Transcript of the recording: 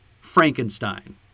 Frankenstein